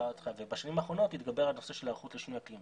בשנים האחרונות התגבר הנושא של היערכות לשינוי אקלים